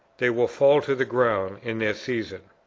they will fall to the ground in their season.